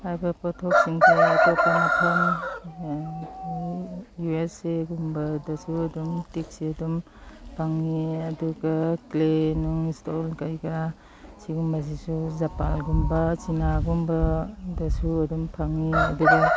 ꯍꯥꯏꯕ ꯄꯣꯠꯊꯣꯛꯁꯤꯡ ꯑꯇꯣꯞꯄ ꯃꯐꯝ ꯌꯨ ꯑꯦꯁ ꯑꯦꯒꯨꯝꯕꯗꯁꯨ ꯑꯗꯨꯝ ꯇꯤꯛꯁꯦ ꯑꯗꯨꯝ ꯐꯪꯏ ꯑꯗꯨꯒ ꯀ꯭ꯂꯦꯅꯨꯡ ꯏꯁꯇꯣꯟ ꯀꯔꯤ ꯀꯔꯥ ꯁꯤꯒꯨꯝꯕꯁꯤꯁꯨ ꯖꯄꯥꯟꯒꯨꯝꯕ ꯆꯤꯅꯥꯒꯨꯝꯕꯗꯁꯨ ꯑꯗꯨꯝ ꯐꯪꯏ ꯑꯗꯨꯒ